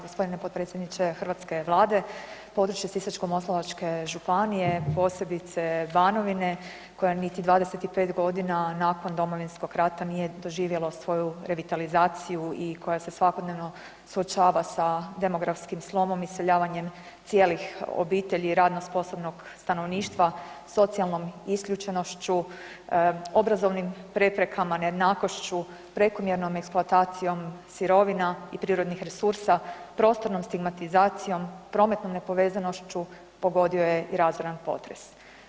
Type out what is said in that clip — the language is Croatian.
Gospodine potpredsjedniče hrvatske Vlade, područje Sisačko-moslavačke županije posebice Banovine koja niti 25 godina nakon Domovinskog rata nije doživjela svoju revitalizaciju i koja se svakodnevno suočava sa demografskim slomom iseljavanjem cijelih obitelji radno sposobnog stanovništva, socijalnom isključenošću, obrazovnim preprekama, nejednakošću, prekomjernom eksploatacijom sirovina i prirodnih resursa, prostornom stigmatizacijom, prometnom nepovezanošću pogodio je i razoran potres.